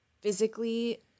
physically –